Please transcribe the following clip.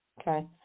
Okay